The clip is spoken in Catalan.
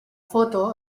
foto